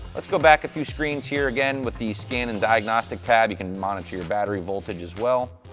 let's go back a few screens here, again, with the scan and diagnostic tab. you can monitor your battery voltage as well.